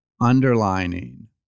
underlining